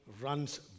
runs